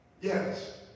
Yes